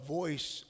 voice